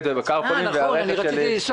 ובקארפולים והרכב שלי --- נכון,